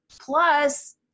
Plus